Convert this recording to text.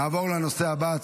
נעבור לנושא הבא,